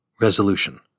Resolution